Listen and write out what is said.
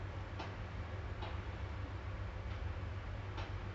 he cannot really move into my place also because I think kecoh ah